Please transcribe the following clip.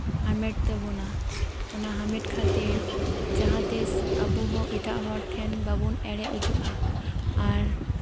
ᱦᱟᱢᱮᱴ ᱛᱟᱵᱚᱱᱟ ᱚᱱᱟᱦᱟᱢᱮᱴ ᱠᱷᱟᱹᱛᱤᱨ ᱡᱟᱦᱟᱸᱛᱤᱥ ᱟᱵᱚ ᱦᱚᱸ ᱮᱴᱟᱜ ᱦᱚᱲᱴᱷᱮᱱ ᱵᱟᱵᱚᱱ ᱮᱲᱮ ᱦᱚᱪᱚᱜᱼᱟ ᱟᱨ